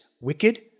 wicked